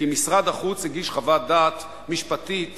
כי משרד החוץ הגיש חוות דעת משפטית